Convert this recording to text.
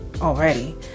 already